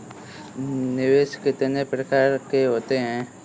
निवेश कितने प्रकार के होते हैं?